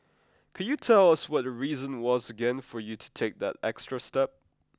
could you tell us what the reason was again for you to take that extra step